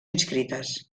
inscrites